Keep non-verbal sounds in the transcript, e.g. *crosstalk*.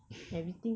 *breath*